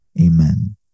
amen